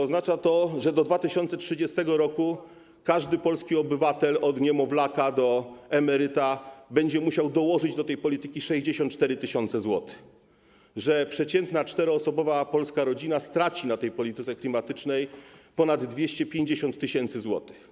Oznacza to, że do 2030 r. każdy polski obywatel od niemowlaka do emeryta będzie musiał dołożyć do tej polityki 64 tys. zł, że przeciętna 4-osobowa polska rodzina straci na tej polityce klimatycznej ponad 250 tys. zł.